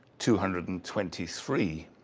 two hundred and twenty three.